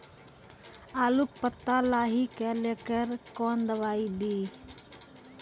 आलू के पत्ता लाही के लेकर कौन दवाई दी?